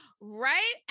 Right